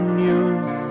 news